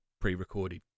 pre-recorded